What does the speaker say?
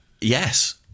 Yes